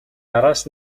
араас